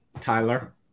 Tyler